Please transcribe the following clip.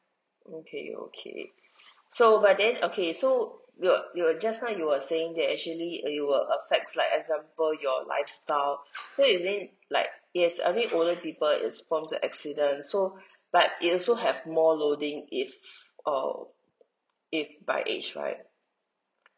okay okay so but then okay so you were you were just now you were saying that actually it will affects like example your lifestyle so you mean like yes I mean older people is prone to accident so but it also have more loading if err if by age right